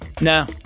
No